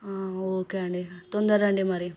okay అండి తొందరరండి మరి